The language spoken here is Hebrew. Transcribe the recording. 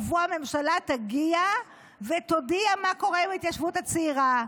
ובו הממשלה תגיע ותודיע מה קורה עם ההתיישבות הצעירה.